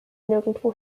nirgendwo